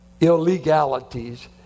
illegalities